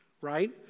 right